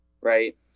Right